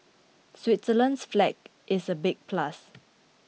Switzerland's flag is a big plus